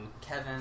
Kevin